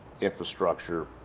infrastructure